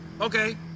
okay